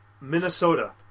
Minnesota